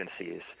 agencies